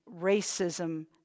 racism